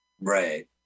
right